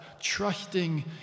trusting